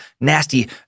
nasty